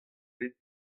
bet